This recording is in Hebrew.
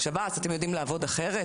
שב"ס, אתם יודעים לעבוד אחרת?